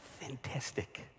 fantastic